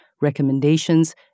recommendations